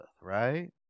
right